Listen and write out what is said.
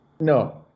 No